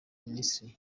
ministries